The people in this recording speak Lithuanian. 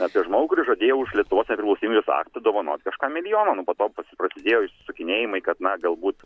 apie žmogų kuris žadėjo už lietuvos nepriklausomybės aktą dovanot kažkam milijoną nu po to prasi prasidėjo išsisukinėjimai kad na galbūt